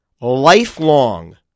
lifelong